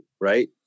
right